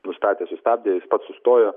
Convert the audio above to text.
nustatė sustabdė jis pats sustojo